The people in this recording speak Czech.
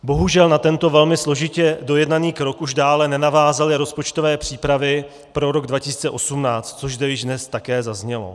Bohužel na tento velmi složitě dojednaný krok už dále nenavázaly rozpočtové přípravy pro rok 2018, což zde již dnes také zaznělo.